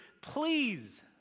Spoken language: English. please